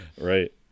Right